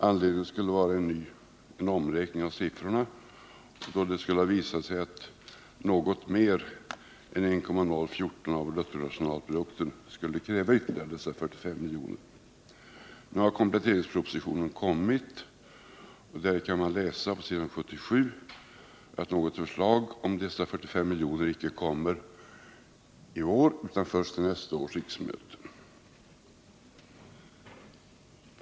Anledningen skulle vara en omräkning av siffrorna, då det skulle ha visat sig att för att biståndsanslagen skall motsvara en något större del än 1,014 96 av bruttonationalprodukten krävs dessa 45 miljoner. Nu har kompletteringspropositionen kommit, och där kan man på s. 77 läsa att något förslag om dessa 45 miljoner icke kommer i år utan först till nästa riksmöte.